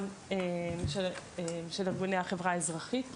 גם של ארגוני החברה האזרחית,